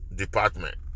department